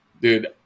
Dude